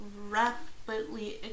rapidly